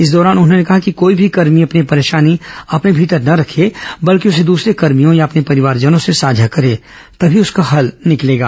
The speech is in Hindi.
इस दौरान उन्होंने कहा कि कोई भी कर्मी अपनी परेशानी अपने भीतर न रखें बल्कि उसे दूसरे कर्भियों या अपने परिवारजनों से साझा करे तभी उसका हल निकलेगा